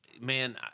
man